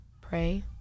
pray